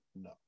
no